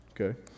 Okay